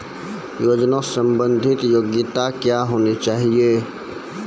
योजना संबंधित योग्यता क्या होनी चाहिए?